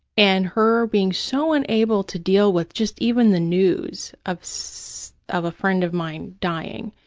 and her being so unable to deal with just even the news of so of a friend of mine dying,